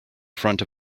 front